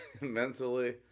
mentally